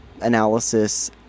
analysis